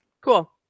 Cool